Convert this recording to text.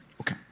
Okay